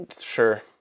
Sure